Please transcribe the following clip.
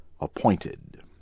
appointed